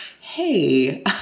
hey